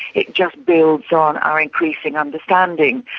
it just builds on our increasing understanding.